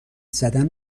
زدن